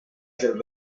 del